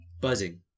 Buzzing